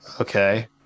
okay